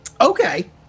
Okay